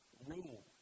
rule